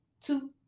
two